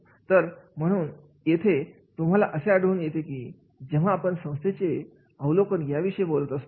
तर म्हणून येथे तुम्हाला असे आढळून येते की जेव्हा आपण संस्थेचे अवलोकन या विषयी बोलत असतो